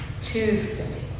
Tuesday